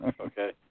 Okay